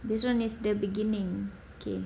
this [one] is the beginning okay